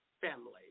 Family